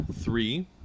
three